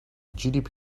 gdp